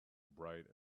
bright